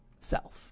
self